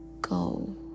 go